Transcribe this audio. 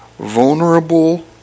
Vulnerable